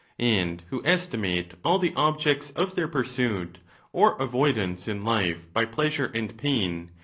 and who estimate all the objects of their pursuit or avoidance in life by pleasure and pain,